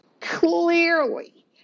clearly